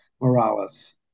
Morales